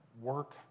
work